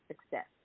success